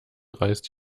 reißt